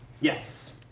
Yes